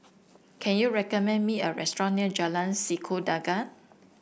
can you recommend me a restaurant near Jalan Sikudangan